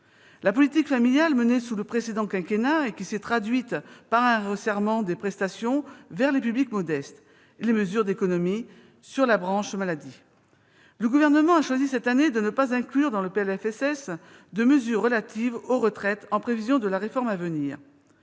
la politique familiale menée sous le précédent quinquennat et qui s'est traduite par un resserrement des prestations vers les publics modestes ; et les mesures d'économies sur la branche maladie. Le Gouvernement a choisi cette année de ne pas inclure dans le projet de loi de financement de la sécurité sociale des mesures relatives aux retraites, en prévision de la réforme à venir.